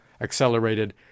accelerated